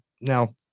now